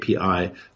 API